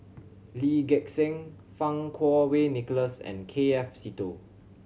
Lee Gek Seng Fang Kuo Wei Nicholas and K F Seetoh